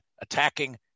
attacking